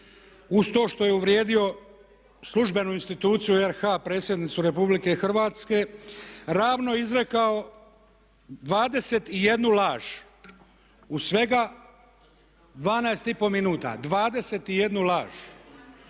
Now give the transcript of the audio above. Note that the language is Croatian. uz to što je uvrijedio službenu instituciju RH predsjednicu RH, ravno izrekao 21 laž u svega 12 i pol minuta 21 laž.